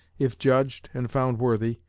if judged, and found worthy,